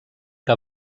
que